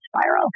spiral